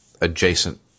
adjacent